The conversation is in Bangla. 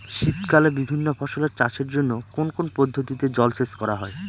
শীতকালে বিভিন্ন ফসলের চাষের জন্য কোন কোন পদ্ধতিতে জলসেচ করা হয়?